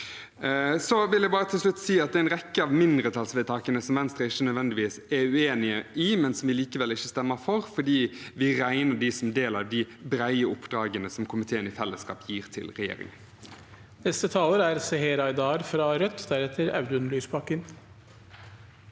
vil jeg bare si at det er en rekke av mindretallsforslagene Venstre ikke nødvendigvis er uenig i, men som vi likevel ikke stemmer for, fordi vi regner dem som en del av de brede oppdragene komiteen i fellesskap gir til regjeringen.